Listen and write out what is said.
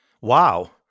Wow